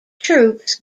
troops